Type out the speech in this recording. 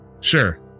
sure